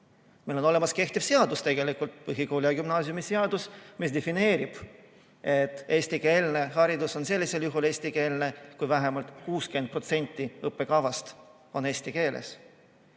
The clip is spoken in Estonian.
Meil olemas kehtiv seadus: tegelikult põhikooli- ja gümnaasiumiseadus defineerib, et eestikeelne haridus on sellisel juhul, kui vähemalt 60% õppekavast on eesti keeles.